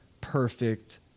perfect